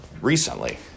recently